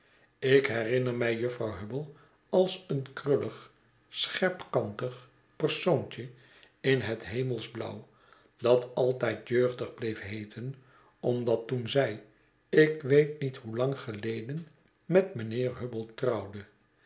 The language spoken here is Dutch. ik herinner mij jufvrouw hubble als een krullig scherpkantig persoontje in het hemelsblauw dat altijd jeugdig bleef heeten omdat toen zij ik weet niet hoelang geleden met mijnheer hubble trouwde